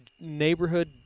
neighborhood